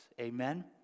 Amen